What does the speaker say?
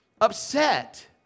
upset